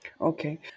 okay